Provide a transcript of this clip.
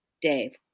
Dave